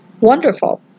Wonderful